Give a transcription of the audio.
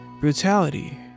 brutality